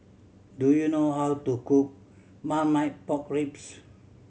do you know how to cook Marmite Pork Ribs